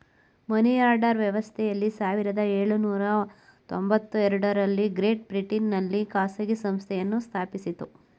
money order ವ್ಯವಸ್ಥೆಯನ್ನು ಸಾವಿರದ ಎಳುನೂರ ತೊಂಬತ್ತಎರಡು ರಲ್ಲಿ ಗ್ರೇಟ್ ಬ್ರಿಟನ್ ನಲ್ಲಿ ಖಾಸಗಿ ಸಂಸ್ಥೆಯನ್ನು ಸ್ಥಾಪಿಸಿತು